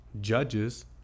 judges